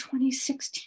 2016